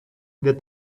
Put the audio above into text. that